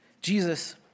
Jesus